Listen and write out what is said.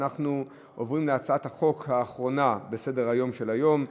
אין מתנגדים ואין נמנעים.